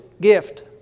gift